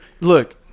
Look